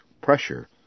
pressure